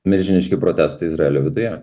milžiniški protestai izraelio viduje